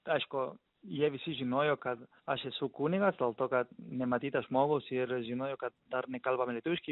aišku jie visi žinojo kad aš esu kunigas dėl to kad nematytas žmogus ir žinojo kad dar nekalbame lietuviškai